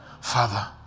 Father